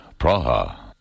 Praha